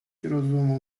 rozumu